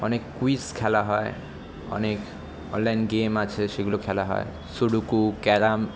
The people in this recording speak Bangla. অনেক ক্যুইজ খেলা হয় অনেক অনলাইন গেম আছে সেগুলো খেলা হয় সুডোকু ক্যারাম